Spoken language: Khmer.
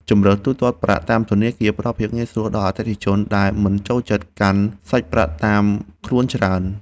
ជម្រើសទូទាត់ប្រាក់តាមធនាគារផ្ដល់ភាពងាយស្រួលដល់អតិថិជនដែលមិនចូលចិត្តកាន់សាច់ប្រាក់តាមខ្លួនច្រើន។